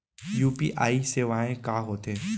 UPI सेवाएं का होथे?